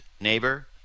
neighbor